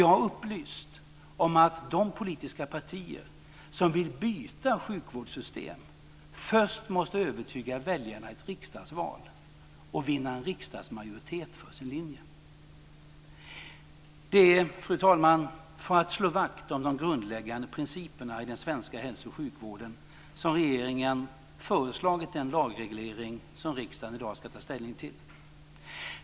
Jag har också upplyst om att de politiska partier som vill byta sjukvårdssystem först måste övertyga väljarna i ett riksdagsval och vinna en riksdagsmajoritet för sin linje. Fru talman! Det är för att slå vakt om de grundläggande principerna i den svenska hälso och sjukvården som regeringen föreslagit den lagreglering som riksdagen i dag ska ta ställning till.